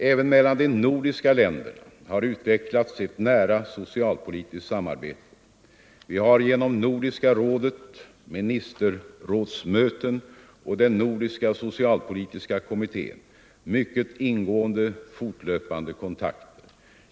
Även mellan de nordiska länderna har utvecklats ett nära socialpolitiskt samarbete. Vi har genom Nordiska rådet, ministerrådsmöten och den nordiska socialpolitiska kommittén mycket ingående fortlöpande kontakter.